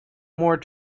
more